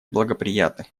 благоприятных